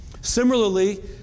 Similarly